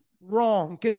wrong